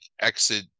exit